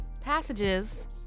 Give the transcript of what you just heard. passages